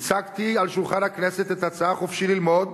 הצגתי על שולחן הכנסת את ההצעה "חופשי ללמוד",